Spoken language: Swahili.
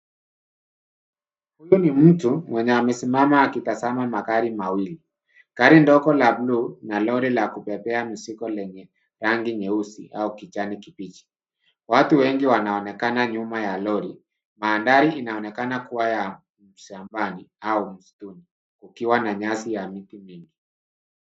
Huyu ni mtu mwenye amesimama akitazama magari mawili. Gari ndogo la bluu na lori la kubebea mizigo lenye rangi nyeusi au kijani kibichi. Watu wengi wanaonekana nyuma ya Lori, mandhari inaonekana kuwa ya shambani au msituni ukiwa na nyasi ya miti mingi.